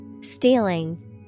Stealing